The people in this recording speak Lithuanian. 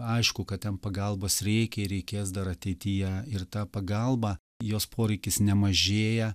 aišku kad ten pagalbos reikia ir reikės dar ateityje ir ta pagalba jos poreikis nemažėja